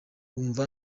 wumva